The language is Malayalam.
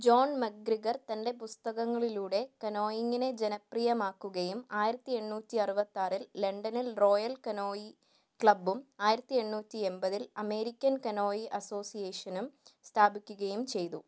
ജോൺ മക്ഗ്രിഗർ തൻറ്റെ പുസ്തകങ്ങളിലൂടെ കനോയിംഗിനെ ജനപ്രിയമാക്കുകയും ആയിരത്തിഎണ്ണൂറ്റിഅറുപത്താറിൽ ലണ്ടനിൽ റോയൽ കനോയി ക്ലബ്ബും ആയിരത്തിഎണ്ണൂറ്റി എൺപതിൽ അമേരിക്കൻ കനോയി അസോസിയേഷനും സ്ഥാപിക്കുകയും ചെയ്തു